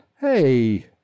Hey